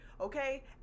Okay